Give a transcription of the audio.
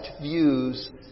views